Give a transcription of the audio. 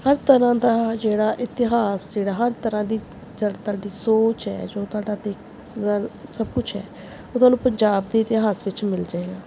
ਹਰ ਤਰ੍ਹਾਂ ਦਾ ਜਿਹੜਾ ਇਤਿਹਾਸ ਜਿਹੜਾ ਹਰ ਤਰ੍ਹਾਂ ਦੀ ਜੋ ਤੁਹਾਡੀ ਸੋਚ ਹੈ ਜੋ ਤੁਹਾਡਾ ਦੇਖ ਸਭ ਕੁਛ ਹੈ ਉਹ ਤੁਹਾਨੂੰ ਪੰਜਾਬ ਦੇ ਇਤਿਹਾਸ ਵਿੱਚ ਮਿਲ ਜਾਏਗਾ